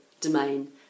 domain